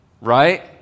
right